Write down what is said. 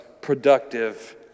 productive